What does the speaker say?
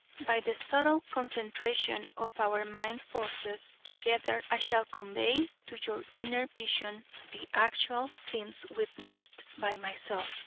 by the subtle concentration of our mind forces together i shall convey to your inner vision the actual scenes witnessed by myself,